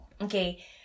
okay